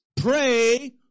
Pray